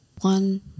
One